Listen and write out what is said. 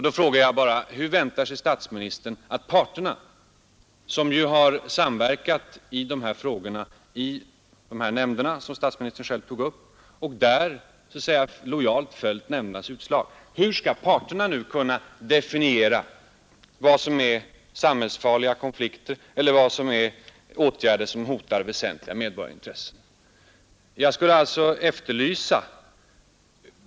Då vill jag fråga: Hur kan då statsministern vänta sig att parterna — som har samverkat i dessa frågor i de nämnder statsministern själv talade om och som har lojalt följt nämndernas utslag — skall kunna definiera vad som är samhällsfarliga konflikter och vad som är åtgärder som hotar väsentliga medborgarintressen? Jag efterlyser där en precisering från statsmakternas sida.